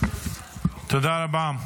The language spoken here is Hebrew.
תודה רבה.